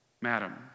Madam